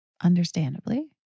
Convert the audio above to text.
understandably